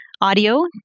audio